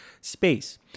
space